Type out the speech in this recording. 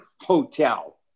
hotel